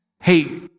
Hey